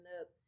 up